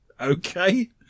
Okay